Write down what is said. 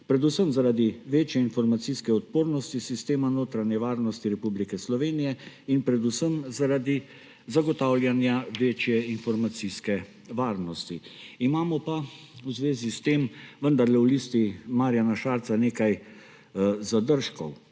predvsem zaradi večje informacijske odpornosti sistema notranje varnosti Republike Slovenije in predvsem zaradi zagotavljanja večje informacijske varnosti. Imamo pa v zvezi s tem vendarle v Listi Marjana Šarca nekaj zadržkov.